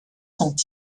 sont